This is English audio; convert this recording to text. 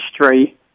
history